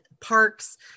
parks